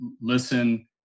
listen